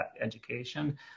education